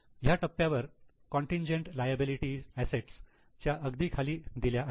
ह्या टप्प्यावर contingent liability assets च्या अगदी खाली दिल्या आहेत